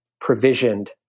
provisioned